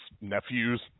nephews